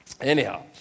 Anyhow